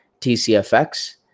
TCFX